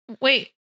Wait